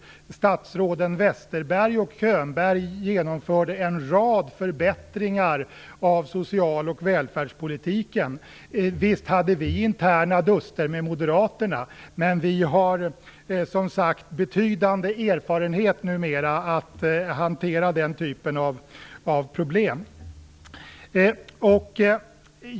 Statsråden Westerberg och Könberg genomförde en rad förbättringar av social och välfärdspolitiken. Visst hade vi interna duster med Moderaterna. Men vi har, som sagt, numera betydande erfarenheter av att hantera den typen av problem.